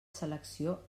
selecció